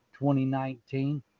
2019